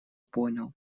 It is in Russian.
понял